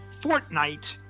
Fortnite